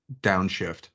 downshift